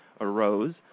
arose